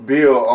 Bill